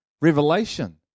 Revelation